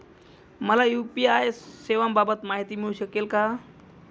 मला यू.पी.आय सेवांबाबत माहिती मिळू शकते का?